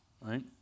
right